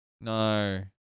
No